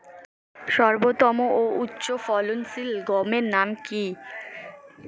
সর্বোত্তম ও উচ্চ ফলনশীল গমের নাম কি?